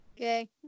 Okay